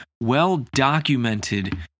well-documented